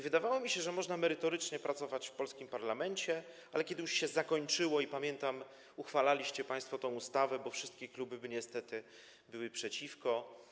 Wydawało mi się, że można merytorycznie pracować w polskim parlamencie, ale kiedy już się zakończyło, uchwalaliście państwo tę ustawę, a wszystkie kluby niestety były przeciwko.